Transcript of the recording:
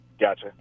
Gotcha